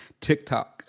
TikTok